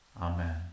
Amen